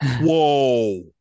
Whoa